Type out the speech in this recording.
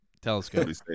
telescope